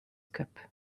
cup